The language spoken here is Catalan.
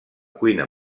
cuina